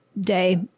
day